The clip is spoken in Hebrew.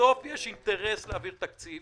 בסוף יש אינטרס להעביר תקציב.